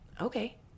okay